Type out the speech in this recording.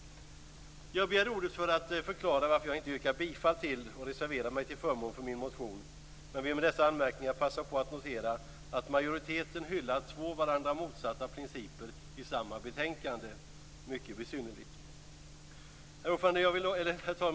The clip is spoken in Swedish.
Jag begärde ordet för att förklara varför jag inte yrkat bifall till och reserverat mig till förmån för min motion, men vill med dessa anmärkningar passa på att notera att majoriteten hyllar två varandra motsatta principer i samma betänkande. Mycket besynnerligt. Herr talman!